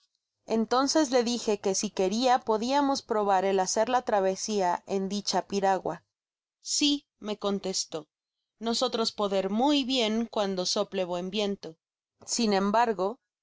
entonces le dije que s queria podiamos probar el hacer la travesia en dicha piragua si rae contestó nosotros poder muy bien cuando sople buen viento sin embargo